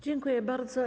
Dziękuję bardzo.